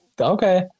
Okay